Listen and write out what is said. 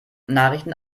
nachrichten